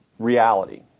reality